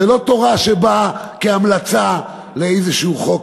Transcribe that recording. זו לא תורה שבאה כהמלצה על איזשהו חוק,